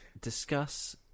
discuss